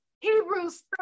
Hebrews